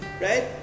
right